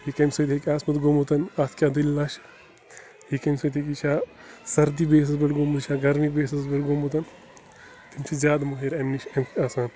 یہِ کَمہِ سۭتۍ ہیٚکہِ آسہِ گوٚمُت اَتھ کیٛاہ دٔلیٖلَہ چھِ یہِ کَمہِ سۭتۍ ہیٚکہِ یہِ چھےٚ سردی بیسٕز پٮ۪ٹھ گوٚمُت یہِ چھےٚ گرمی بیسٕز پٮ۪ٹھ گوٚمُت تِم چھِ زیادٕ مٲہِر اَمہِ نِش آسان